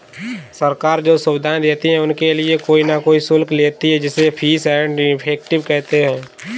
सरकार जो सुविधाएं देती है उनके लिए कोई न कोई शुल्क लेती है जिसे फीस एंड इफेक्टिव कहते हैं